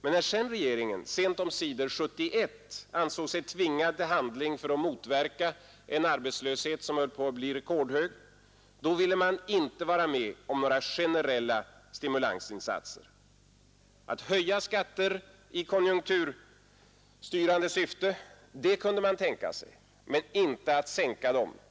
När regeringen därefter, sent omsider 1971, ansåg sig tvingad till handling för att motverka en arbetslöshet, som höll på att bli rekordhög, ville man däremot inte vara med om några generella stimulansinsatser. Att höja skatter i konjunkturstyrande syfte — det kunde man tänka sig — men inte att sänka dem.